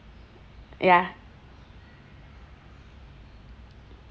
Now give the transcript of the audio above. ya